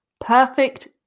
perfect